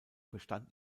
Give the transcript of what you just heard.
bestand